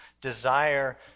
desire